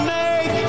make